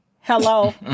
Hello